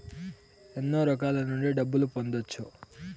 ఎన్నో రకాల నుండి డబ్బులు పొందొచ్చు